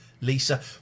Lisa